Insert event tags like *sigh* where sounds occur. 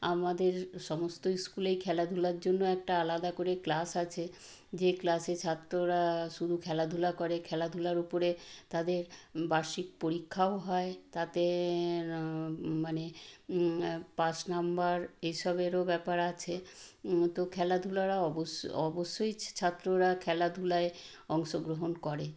আমাদের সমস্ত স্কুলেই খেলাধূলার জন্য একটা আলাদা করে ক্লাস আছে যে ক্লাসে ছাত্ররা শুধু খেলাধূলা করে খেলাধুলার উপরে তাদের বার্ষিক পরীক্ষাও হয় তাতে মানে পাশ নাম্বার এসবেরও ব্যাপার আছে তো খেলাধুলারা অবশ্যই *unintelligible* ছছাত্ররা খেলাধুলায় অংশগ্রহণ করে